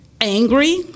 angry